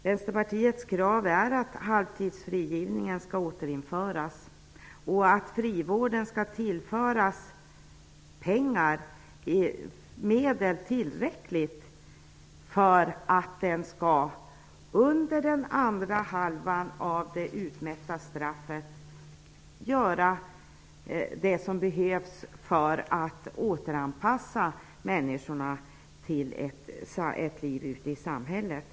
Vänsterpartiets krav är att halvtidsfrigivningen skall återinföras och att frivården skall tillföras tillräckliga medel för att under den andra halvan av det utmätta straffet kunna göra det som behövs för att återanpassa människor till ett liv ute i samhället.